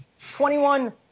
21